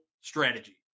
strategy